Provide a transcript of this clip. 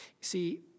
See